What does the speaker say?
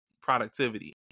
productivity